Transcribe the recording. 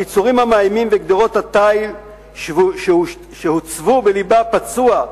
הביצורים המאיימים וגדרות התיל שהוצבו בלבה הפצוע,